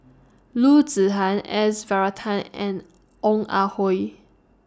Loo Zihan S Varathan and Ong Ah Hoi